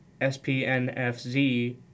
SPNFZ